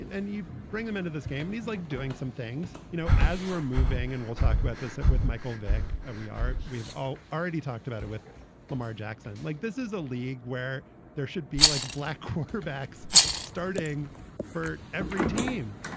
and you bring him into this game and he's like doing some things, you know, as we're moving. and we'll talk about this with michael vick. and we aren't we've all already talked about it with lamar jackson, like this is a league where there should be like black quarterbacks starting for every team,